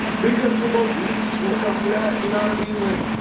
because we're both geeks when it comes to that. you know what i mean? like,